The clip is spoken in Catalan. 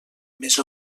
més